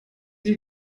die